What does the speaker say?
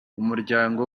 umuryango